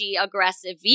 aggressive